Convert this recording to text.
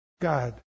God